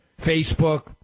Facebook